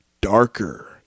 darker